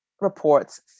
reports